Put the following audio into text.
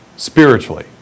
spiritually